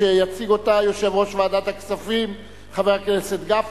שיציג אותה יושב-ראש ועדת הכספים, חבר הכנסת גפני.